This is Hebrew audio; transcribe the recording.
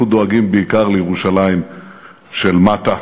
אנחנו דואגים בעיקר לירושלים של מטה.